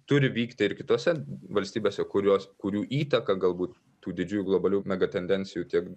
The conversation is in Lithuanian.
turi vykti ir kitose valstybėse kurios kurių įtaka galbūt tų didžiųjų globalių megatendencijų tiek